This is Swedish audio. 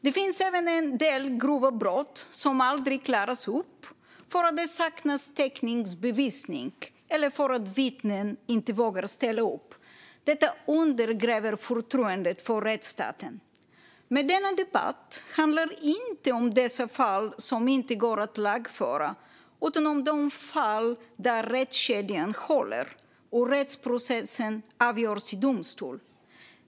Det finns även en del grova brott som aldrig klaras upp, eftersom det saknas teknisk bevisning eller för att vittnen inte vågar ställa upp. Detta undergräver förtroendet för rättsstaten. Denna debatt handlar dock inte om dessa fall som inte går att lagföra utan om de fall där rättskedjan håller och rättsprocessen avgörs i domstol.